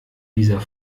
dieser